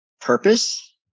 purpose